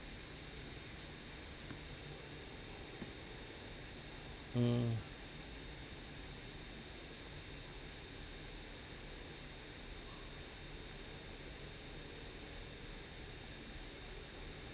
mm